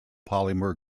polymer